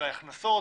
הכנסות